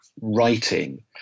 writing